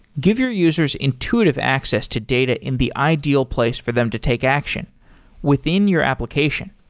give your users intuitive access to data in the ideal place for them to take action within your application.